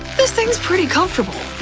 this thing's pretty comfortable.